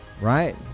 right